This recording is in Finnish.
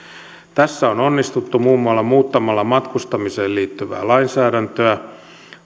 tässä on onnistuttu muun muassa muuttamalla matkustamiseen liittyvää lainsäädäntöä